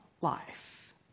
life